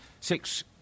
six